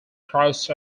crossed